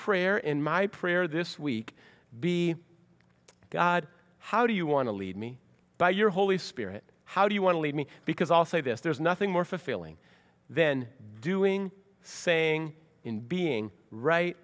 prayer in my prayer this week be god how do you want to lead me by your holy spirit how do you want to leave me because i'll say this there's nothing more fulfilling then doing saying in being right